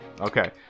Okay